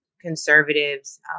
conservatives